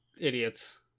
idiots